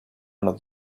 not